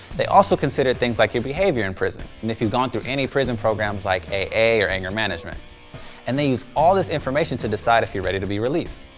they also consider things like your behavior in prison and if you've gone through any prison programs like aa or anger management and they use all this information to decide if you're ready to be released.